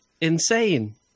insane